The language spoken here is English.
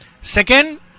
Second